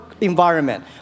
environment